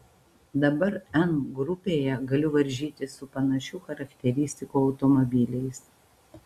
dabar n grupėje galiu varžytis su panašių charakteristikų automobiliais